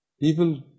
people